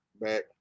back